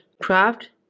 craft